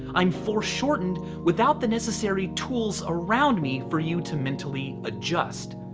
i'm foreshortened without the necessary tools around me for you to mentally adjust.